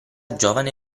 giovane